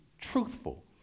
truthful